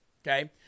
Okay